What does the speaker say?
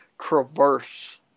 traverse